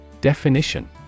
Definition